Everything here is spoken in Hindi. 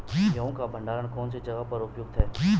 गेहूँ का भंडारण कौन सी जगह पर उपयुक्त है?